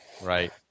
Right